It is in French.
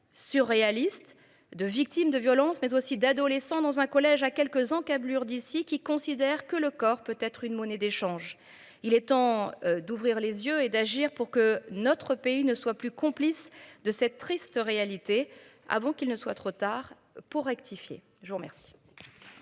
surréaliste de victimes de violence mais aussi d'adolescents dans un collège à quelques encablures d'ici qui considère que le corps peut être une monnaie d'échange. Il est temps d'ouvrir les yeux et d'agir pour que notre pays ne soit plus complice de cette triste réalité avant qu'il ne soit trop tard pour rectifier.